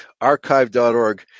Archive.org